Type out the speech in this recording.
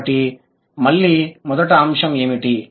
కాబట్టి మళ్ళీ మొదటి అంశం ఏమిటి